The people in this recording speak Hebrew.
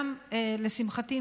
לשמחתי,